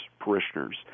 parishioners